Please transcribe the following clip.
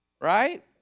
Right